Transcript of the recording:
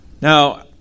Now